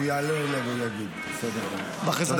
הוא יעלה אלינו להגיב, בסדר גמור.